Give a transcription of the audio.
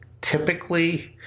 typically